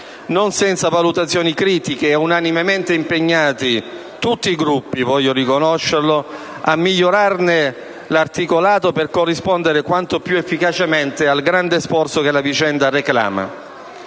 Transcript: non senza valutazioni critiche e unanimemente impegnati, tutti i Gruppi, voglio riconoscerlo, a migliorarne l'articolato per corrispondere quanto più efficacemente al grande sforzo che la vicenda reclama.